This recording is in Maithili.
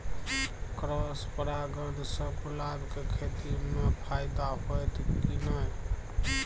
क्रॉस परागण से गुलाब के खेती म फायदा होयत की नय?